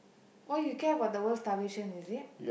why you care about the world starvation is it